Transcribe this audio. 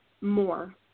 more